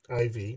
IV